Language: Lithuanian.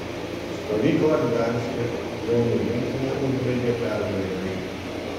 stovyklą gdanske jaunių rinktinė užbaigė pergalingai